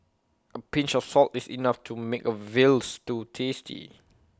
A pinch of salt is enough to make A Veal Stew tasty